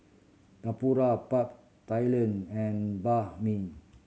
Tempura Pad Thailand and Banh Mi